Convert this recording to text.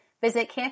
Visit